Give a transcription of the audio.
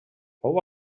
fou